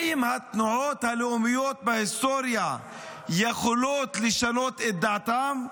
האם התנועות הלאומיות בהיסטוריה יכולות לשנות את דעתן?